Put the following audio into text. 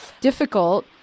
difficult